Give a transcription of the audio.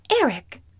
Eric